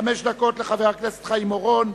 חמש דקות לחבר הכנסת חיים אורון,